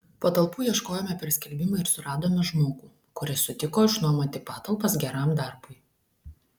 patalpų ieškojome per skelbimą ir suradome žmogų kuris sutiko išnuomoti patalpas geram darbui